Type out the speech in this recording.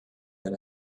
than